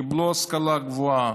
קיבלו השכלה גבוהה,